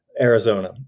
Arizona